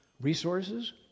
resources